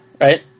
right